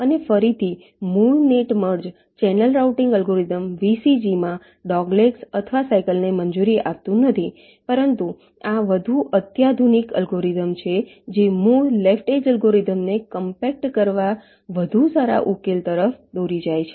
અને ફરીથી મૂળ net merge channel routing algorithm VCG માં ડોગલેગ્સ અથવા સાયકલને મંજૂરી આપતું નથી પરંતુ આ વધુ અત્યાધુનિક એલ્ગોરિધમ છે જે મૂળ લેફ્ટ એજ અલ્ગોરિધમને કોમ્પેક્ટ કરવા વધુ સારા ઉકેલ તરફ દોરી જાય છે